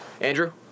Andrew